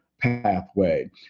pathway